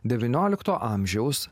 devyniolikto amžiaus